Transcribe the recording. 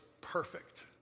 perfect